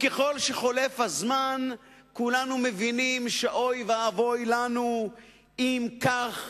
וככל שחולף הזמן כולנו מבינים שאוי ואבוי לנו אם כך